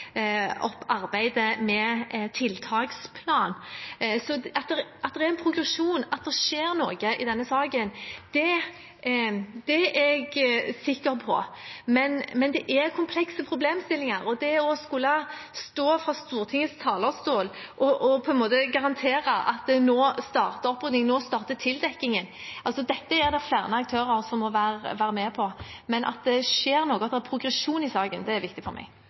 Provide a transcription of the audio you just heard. opp arbeidet med tiltaksplan, så at det er en progresjon, at det skjer noe i denne saken, det er jeg sikker på, men det er komplekse problemstillinger. Det å skulle stå på Stortingets talerstol og på en måte garantere at nå starter tildekkingen – det er det flere aktører som må være med på. Men at det skjer noe, at det er progresjon i saken, det er viktig for meg.